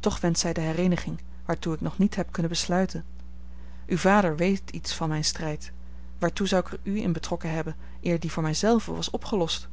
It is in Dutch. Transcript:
toch wenscht zij de hereeniging waartoe ik nog niet heb kunnen besluiten uw vader weet iets van mijn strijd waartoe zou ik er u in betrokken hebben eer die voor mij zelven was opgelost